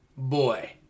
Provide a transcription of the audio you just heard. boy